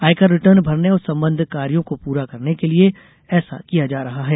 आयकर रिटर्न भरने और सम्बद्ध कार्यों को पूरा करने के लिए ऐसा किया जा रहा है